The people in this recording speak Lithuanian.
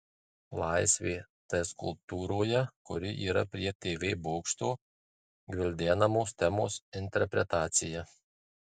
laisvė tai skulptūroje kuri yra prie tv bokšto gvildenamos temos interpretacija